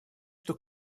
что